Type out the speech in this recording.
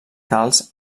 calç